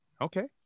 Okay